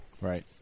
Right